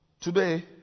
Today